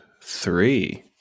three